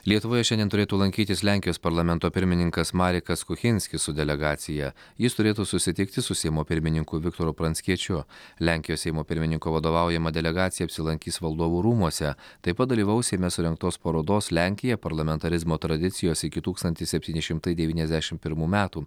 lietuvoje šiandien turėtų lankytis lenkijos parlamento pirmininkas marekas kuchinskis su delegacija jis turėtų susitikti su seimo pirmininku viktoru pranckiečiu lenkijos seimo pirmininko vadovaujama delegacija apsilankys valdovų rūmuose taip pat dalyvaus seime surengtos parodos lenkija parlamentarizmo tradicijos iki tūkstantis septyni šimtai devyniasdešim pirmų metų